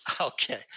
Okay